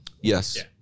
Yes